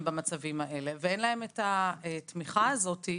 במצבים האלה ואין להם את התמיכה הזאת.